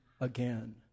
again